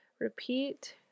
repeat